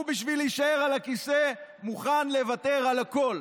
הוא, בשביל להישאר על הכיסא, מוכן לוותר על הכול,